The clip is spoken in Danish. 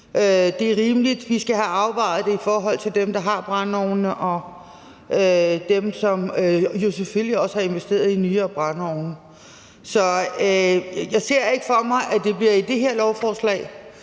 Det er rimeligt, for vi skal have afvejet det i forhold til dem, der har brændeovne, og dem, som jo selvfølgelig også har investeret nyere brændeovne. Så jeg ser ikke for mig, at det bliver i det her lovforslag,